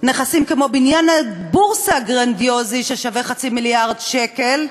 נכסים כמו בניין הבורסה הגרנדיוזי ששווה חצי מיליארד שקל,